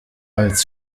als